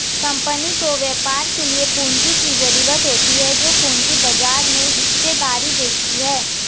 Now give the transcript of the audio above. company को व्यापार के लिए पूंजी की ज़रूरत होती है जो पूंजी बाजार में हिस्सेदारी बेचती है